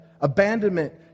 abandonment